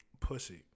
Pussy